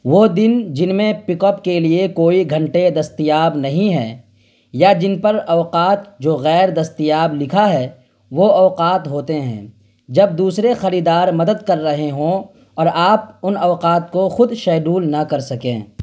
وہ دن جن میں پک اپ کے لیے کوئی گھنٹے دستیاب نہیں ہیں یا جن پر اوقات جو غیر دستیاب لکھا ہے وہ اوقات ہوتے ہیں جب دوسرے خریدار مدد کر رہے ہوں اور آپ ان اوقات کو خود شیڈول نہ کر سکیں